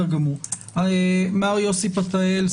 מר יוסי פתאל,